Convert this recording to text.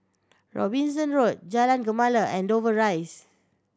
Robinson Road Jalan Gemala and Dover Rise